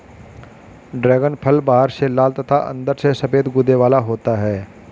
dragon फल बाहर से लाल तथा अंदर से सफेद गूदे वाला होता है